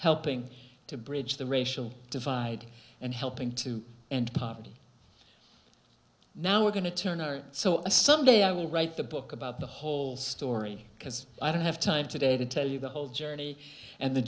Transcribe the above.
helping to bridge the racial divide and helping to end poverty now we're going to turn our so i someday i will write the book about the whole story because i don't have time today to tell you the whole journey and the